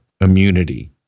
immunity